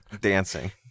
dancing